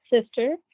sister